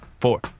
four